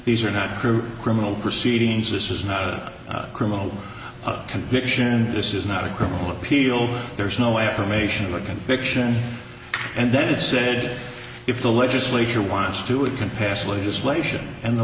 these are not true criminal proceedings this is not a criminal conviction this is not a criminal appeal there's no affirmation of a conviction and then said if the legislature wants to it can pass legislation and the